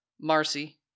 Marcy